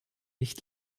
nicht